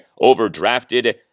overdrafted